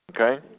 Okay